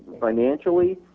financially